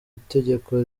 itegeko